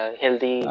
healthy